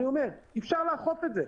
אפשר לאכוף את זה,